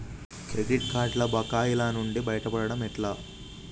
Credit కార్డుల బకాయిల నుండి బయటపడటం ఎట్లా?